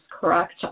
correct